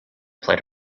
played